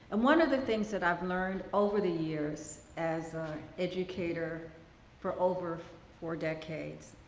one of the things that i've learned over the years as a educator for over four decades,